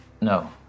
No